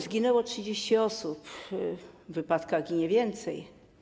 Zginęło 30 osób, w wypadkach ginie więcej.